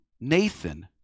Nathan